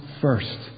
first